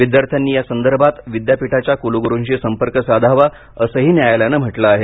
विद्यार्थ्यांनी यासंदर्भात विद्यापीठाच्या कुलगुरूशी संपर्क साधावा असंही न्यायालयानं म्हटलं आहे